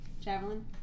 Javelin